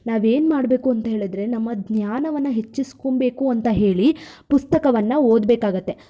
ನಾವೇನು ಮಾಡಬೇಕು ಅಂತ ಹೇಳಿದರೆ ನಮ್ಮ ಜ್ಞಾನವನ್ನು ಹೆಚ್ಚಿಸ್ಕೊಬೇಕು ಅಂತ ಹೇಳಿ ಪುಸ್ತಕವನ್ನು ಓದಬೇಕಾಗತ್ತೆ